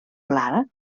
clara